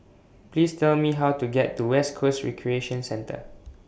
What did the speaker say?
Please Tell Me How to get to West Coast Recreation Centre